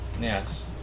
Yes